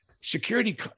security